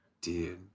Dude